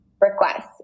requests